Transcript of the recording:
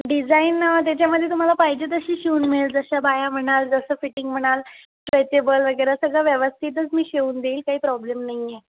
design त्याच्यामध्ये तुम्हाला पाहिजे तशी शिवून मिळेल जशा बाह्या म्हणाल जसं फिटींग म्हणाल स्ट्रेचेबल वगैरे सगळं व्यवस्थितच मी शिवून देईल काही प्रॉब्लेम नाही आहे